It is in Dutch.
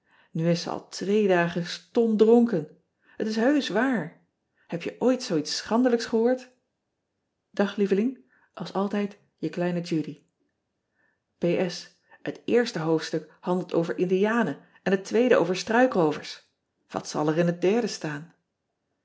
u is ze al twee dagen stomdronken et is heusch waar eb je ooit zoo iets schandelijks gehoord ag eveling ls altijd e kleine udy et eerste hoofdstuk handelt over ndianen en het tweede over struikroovers at zal er in het derde staan